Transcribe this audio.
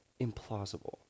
implausible